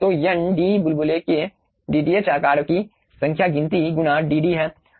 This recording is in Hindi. तो n बुलबुले के dth आकार की संख्या गिनती गुना dd है